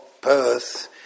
Perth